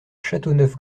châteauneuf